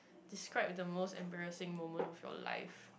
describe the most embarrassing moment of your life